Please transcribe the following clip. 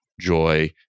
joy